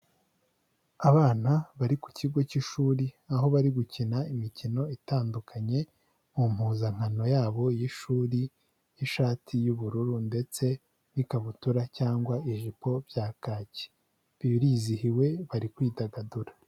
Abana bari ku kigo cy'ishuri aho bari gukina imikino itandukanye mu mpuzankano yabo y'ishuri y'ishati y'ubururu ndetse n'ikabutura cyangwa ijipo byaki birizihiwe bari kwidagadura.